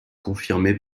confirmé